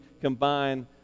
combine